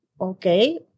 Okay